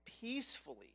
peacefully